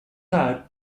type